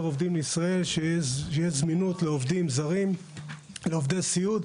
עובדים לישראל; שתהיה זמינות לעובדי סיעוד זרים